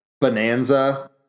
bonanza